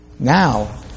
Now